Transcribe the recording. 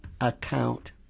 account